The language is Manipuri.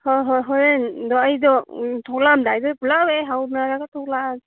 ꯍꯣꯏ ꯍꯣꯏ ꯍꯣꯔꯦꯟꯗꯣ ꯑꯩꯗꯣ ꯊꯣꯛꯂꯛꯑꯝꯗꯥꯏꯗꯣ ꯄꯨꯂꯞ ꯍꯦꯛ ꯍꯧꯅꯔꯒ ꯊꯣꯛꯂꯛꯑꯒꯦ